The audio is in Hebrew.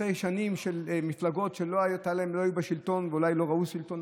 אחרי שנים של מפלגות שלא היו בשלטון ואולי לא ראו שלטון,